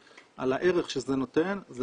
על הערך שזה נותן.